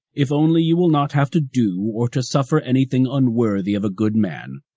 if only you will not have to do or to suffer anything unworthy of a good man.